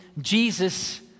Jesus